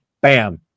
Bam